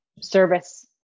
service